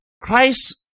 Christ